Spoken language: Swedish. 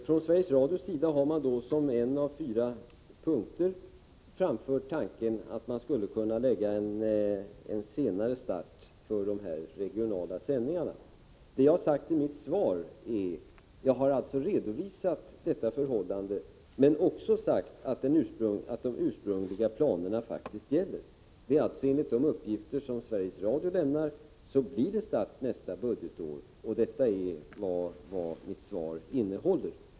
Från Sveriges Radios sida har man som en av fyra punkter framfört tanken att man skulle kunna senarelägga starten för de regionala sändningarna. Jag har i mitt svar redovisat detta förhållande men också sagt att de ursprungliga planerna faktiskt gäller. Enligt de uppgifter som Sveriges Radio lämnar blir det alltså start nästa budgetår. Detta är vad mitt svar innehåller.